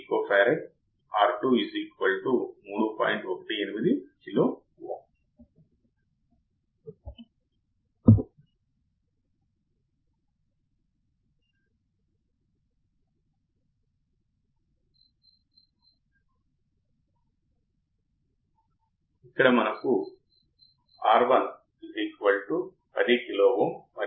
కాబట్టి inverting terminal కు connect అయ్యే ప్రతికూల ఫీడ్బ్యాక్ బదులుగాఒకవేళ నేను నాన్ ఇన్వర్టింగ్ టెర్మినల్ కుఈ అమరికలో కనెక్ట్ చేస్తే ఒకవేళ సానుకూల ఇన్పుట్ Vin కంటే ఎక్కువ అయితే అవుట్పుట్ సానుకూలంగా ఉంటుందిఇది సరైనది సరే